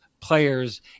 players